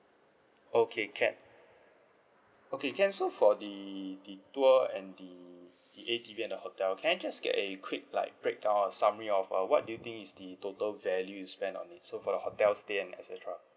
okay can okay can so for the the tour and the the A_T_V and the hotel can I just get a quick like breakdown or summary of uh what do you think is the total value you spend on it so for the hotel stay and et cetera